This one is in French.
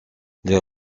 les